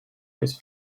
his